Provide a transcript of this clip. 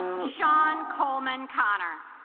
shawn coleman connor